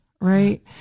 right